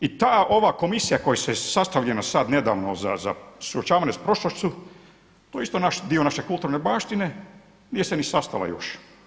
I ta, ova komisija koja je sastavljena sad nedavno za suočavanje sa prošlošću to je isto dio naše kulturne baštine, nije se ni sastala još.